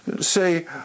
say